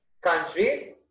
countries